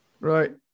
Right